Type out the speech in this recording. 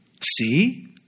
See